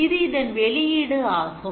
இது இதன் வெளியீடு ஆகும்